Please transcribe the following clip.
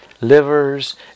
livers